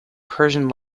persian